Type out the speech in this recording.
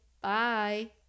Bye